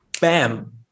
Bam